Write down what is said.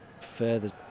further